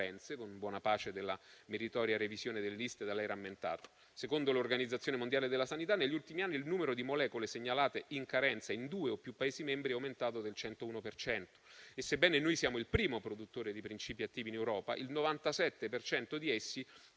con buona pace della meritoria revisione delle liste da lei rammentata. Secondo l'Organizzazione mondiale della sanità, negli ultimi anni il numero di molecole segnalate in carenza in due o più Paesi membri è aumentato del 101 per cento e, sebbene noi siamo il primo produttore di princìpi attivi in Europa, il 97 per